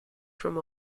from